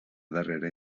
darrera